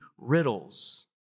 riddles